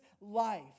life